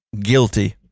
Guilty